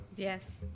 Yes